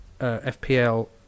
FPL